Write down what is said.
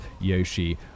Yoshi